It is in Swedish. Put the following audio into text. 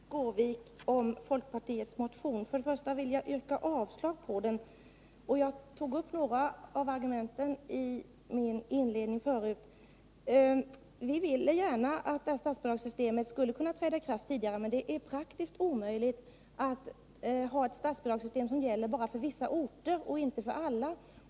Herr talman! Jag vill säga några ord till Kenth Skårvik med anledning av folkpartiets motion. För det första vill jag yrka avslag på motionen. I början av mitt tidigare anförande tog jag upp några argument. Vi ville gärna att statsbidragssystemet skulle kunna träda i kraft tidigare, men det är praktiskt omöjligt att ha ett statsbidragssystem som bara gäller för vissa orter.